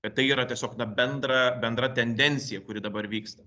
kad tai yra tiesiog na bendra bendra tendencija kuri dabar vyksta